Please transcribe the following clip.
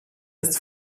ist